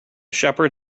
shepherd